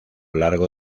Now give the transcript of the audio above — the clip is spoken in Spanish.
largo